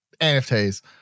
NFTs